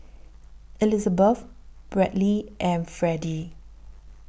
Elizabet Brantley and Freddie